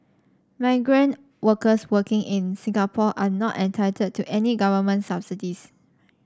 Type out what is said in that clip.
migrant workers working in Singapore are not entitled to any government subsidies